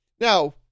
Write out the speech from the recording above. Now